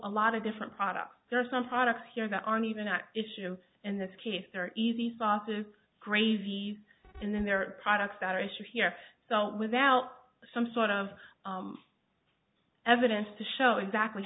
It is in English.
a lot of different products there are some products here that arm even at issue in this case are easy sausage gravy and then there are products that are issued here so without some sort of evidence to show exactly